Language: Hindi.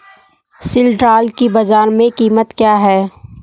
सिल्ड्राल की बाजार में कीमत क्या है?